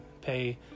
pay